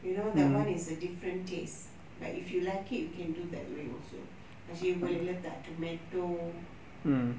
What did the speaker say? you know that one is a different taste but if you like it you can do that way also macam you boleh letak tomato